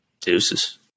Deuces